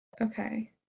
Okay